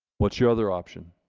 what's your other option?